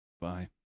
Bye